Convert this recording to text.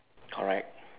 correct